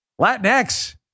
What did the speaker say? Latinx